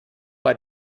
bei